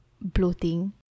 bloating